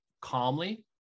calmly